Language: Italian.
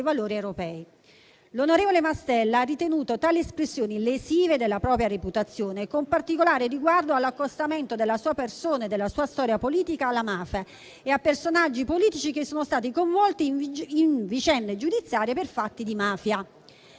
valori europei». L'onorevole Mastella aveva ritenuto tali espressioni lesive della propria reputazione, con particolare riguardo all'accostamento della sua persona e della sua storia politica alla mafia e a personaggi politici che sono stati coinvolti in vicende giudiziarie per fatti di mafia.